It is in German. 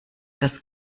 das